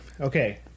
Okay